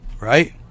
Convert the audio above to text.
right